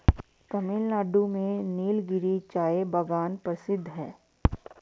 तमिलनाडु में नीलगिरी चाय बागान प्रसिद्ध है